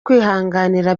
kwihanganira